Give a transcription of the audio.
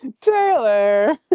Taylor